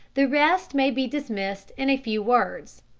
the rest may be dismissed in a few words.